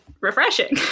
Refreshing